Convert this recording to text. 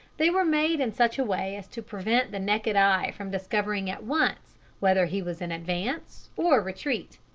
they were made in such a way as to prevent the naked eye from discovering at once whether he was in advance or retreat.